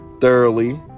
thoroughly